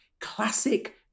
Classic